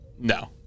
No